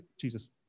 Jesus